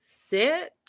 sit